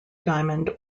diamond